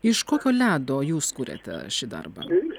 iš kokio ledo jūs kuriate šį darbą